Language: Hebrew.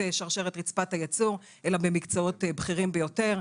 שרשרת רצפת הייצור אלא במקצועות בכירים ביותר.